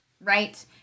right